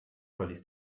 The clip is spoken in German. verließ